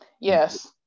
Yes